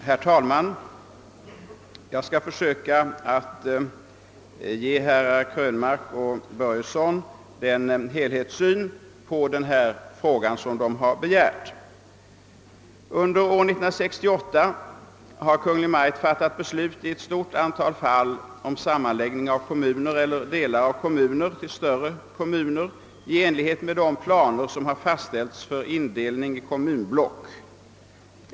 Herr talman! Jag skall försöka att ge herrar Krönmark och Börjesson i Glömminge den helhetssyn på denna fråga som de har efterlyst. Under år 1968 har Kungl. Maj:t fattat beslut i ett stort antal fall om sammanläggning av kommuner eller delar av kommuner till större kommuner i enlighet med de planer som fastställts för indelning i kommunblock.